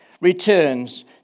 returns